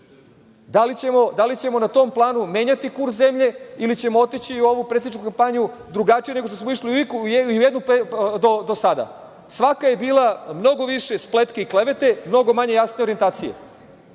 Da li ćemo na tom planu menjati kurs zemlje ili ćemo otići u ovu predsedničku kampanju drugačije nego što smo išli u ijednu do sada? Svaka je bila mnogo više spletki i klevete, mnogo manje jasne orijentacije.